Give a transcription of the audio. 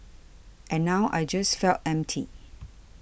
and now I just felt empty